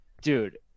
Dude